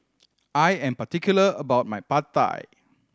I am particular about my Pad Thai